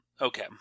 Okay